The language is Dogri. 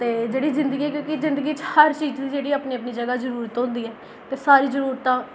ते जेह्ड़ी जिंदगी ऐ क्योंकि जिंदगी च हर चीज दी जेह्ड़ी अपनी अपनी जगह् जरूरत होंदी ऐ ते सारी जरूरतां